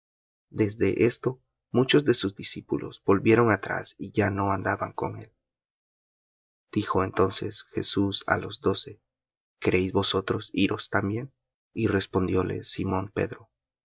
desde esto muchos de sus discípulos volvieron atrás y ya no andaban con él dijo entonces jesús á los doce queréis vosotros iros también y respondióle simón pedro